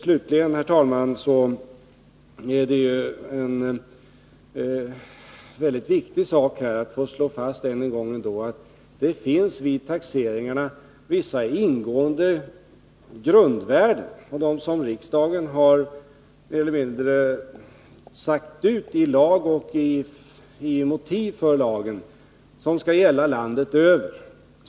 Slutligen, herr talman, är det väldigt viktigt att än en gång få slå fast att det vid taxeringarna finns vissa ingående grundvärden, och riksdagen har i lag eller i motiv för lag mer eller mindre sagt ut att dessa skall gälla landet över.